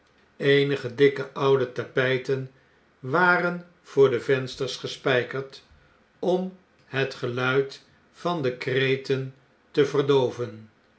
eenige dikke oude tapijten waren voor de vensters gespperd om het geluid van de kreten te verdooven